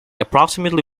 approximately